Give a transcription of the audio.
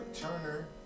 Turner